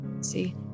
see